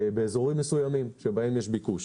באזורים מסוימים שבהם יש ביקוש.